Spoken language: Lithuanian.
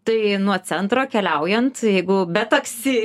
tai nuo centro keliaujant jeigu be taksi